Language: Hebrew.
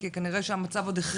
כי כנראה שהמצב עוד החריף